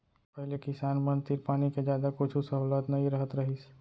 पहिली किसान मन तीर पानी के जादा कुछु सहोलत नइ रहत रहिस